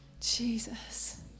Jesus